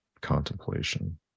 contemplation